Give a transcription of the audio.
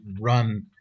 run